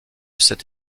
cette